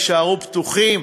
יישארו פתוחים,